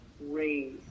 raise